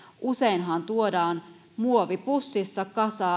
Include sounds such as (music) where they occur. useinhan tuodaan muovipussissa kasa (unintelligible)